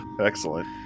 Excellent